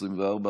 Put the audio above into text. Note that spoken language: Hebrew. לא.